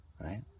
right